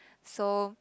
so